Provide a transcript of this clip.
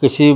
किसी